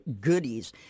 goodies